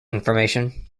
information